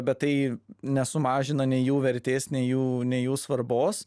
bet tai nesumažina nei jų vertės nei jų nei jų svarbos